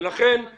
ולכן זה